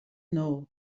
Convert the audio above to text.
nord